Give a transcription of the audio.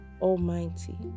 Almighty